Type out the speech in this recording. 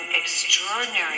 extraordinary